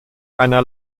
einer